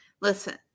listen